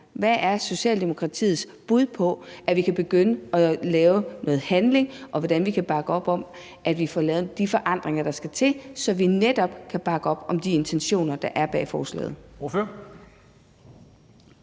Hvad er Socialdemokratiets bud på, hvordan vi kan begynde at lave noget handling, og hvordan vi kan bakke op om, at vi får lavet de forandringer, der skal til, så vi netop kan bakke op om de intentioner, der er bag forslaget?